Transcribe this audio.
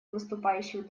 выступающих